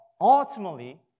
ultimately